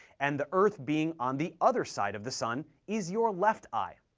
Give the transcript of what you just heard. and the earth being on the other side of the sun is your left eye.